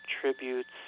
Tributes